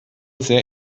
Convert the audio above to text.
sehr